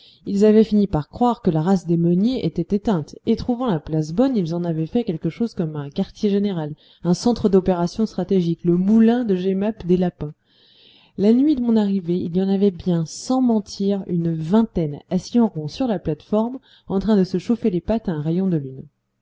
ils avaient fini par croire que la race des meuniers était éteinte et trouvant la place bonne ils en avaient fait quelque chose comme un quartier général un centre d'opérations stratégiques le moulin de jemmapes des lapins la nuit de mon arrivée il y en avait bien sans mentir une vingtaine assis en rond sur la plate-forme en train de se chauffer les pattes à un rayon de lune